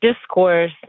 discourse